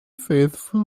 faithful